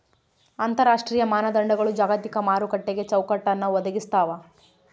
ಅಂತರರಾಷ್ಟ್ರೀಯ ಮಾನದಂಡಗಳು ಜಾಗತಿಕ ಮಾರುಕಟ್ಟೆಗೆ ಚೌಕಟ್ಟನ್ನ ಒದಗಿಸ್ತಾವ